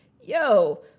yo